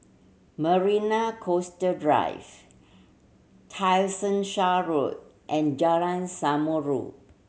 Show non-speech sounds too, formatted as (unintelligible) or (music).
Marina Coastal Drive (unintelligible) Road and Jalan Samulun